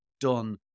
done